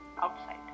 outside